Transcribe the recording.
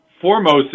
foremost